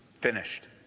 Finished